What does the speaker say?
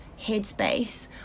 headspace